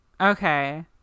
Okay